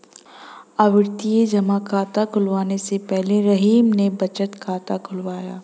आवर्ती जमा खाता खुलवाने से पहले रहीम ने बचत खाता खुलवाया